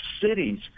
cities